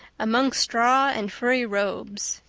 among straw and furry robes.